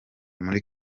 muri